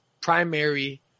primary